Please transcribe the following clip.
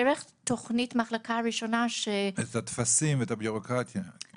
דרך תוכנית "מחלקה ראשונה" --- את הטפסים ואת הבירוקרטיה,